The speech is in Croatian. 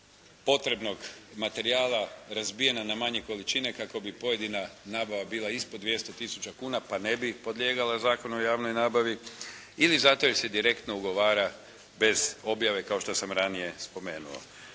potrebnog materijala razbijena na manje količine kako bi pojedina nabava bila ispod 200 tisuća kuna pa ne bi podlijegala Zakonu o javnoj nabavi ili zato jer se direktno ugovara bez objave kao što sam ranije spomenuo.